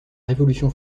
révolution